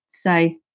say